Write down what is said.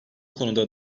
konuda